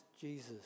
Jesus